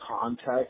context